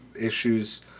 issues